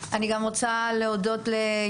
כולם יודעים מי